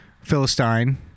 Philistine